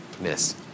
Miss